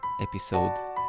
Episode